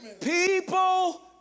People